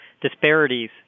disparities